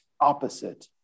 opposite